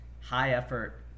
high-effort